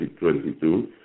2022